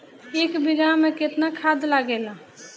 एक बिगहा में केतना खाद लागेला?